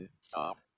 stop